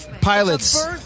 Pilots